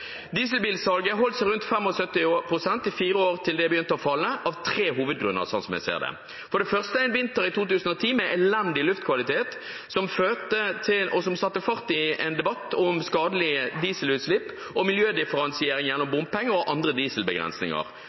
Dieselbilsalget holdt seg rundt 75 pst. i fire år, til det begynte å falle – av tre hovedgrunner, slik jeg ser det. For det første var det en vinter i 2010 med elendig luftkvalitet, som satte fart i en debatt om skadelige dieselutslipp, miljødifferensiering gjennom bompenger og andre dieselbegrensninger.